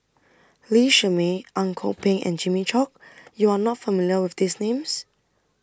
Lee Shermay Ang Kok Peng and Jimmy Chok YOU Are not familiar with These Names